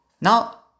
Now